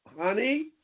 Honey